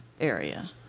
area